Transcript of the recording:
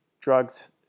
drugs